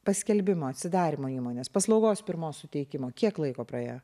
paskelbimo atsidarymo įmonės paslaugos pirmos suteikimo kiek laiko praėjo